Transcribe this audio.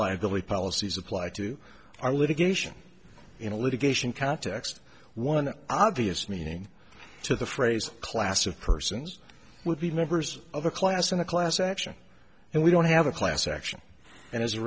liability policies apply to are litigation in a litigation context one obvious meaning to the phrase class of persons would be members of a class in a class action and we don't have a class action and as a